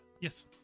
Yes